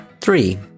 Three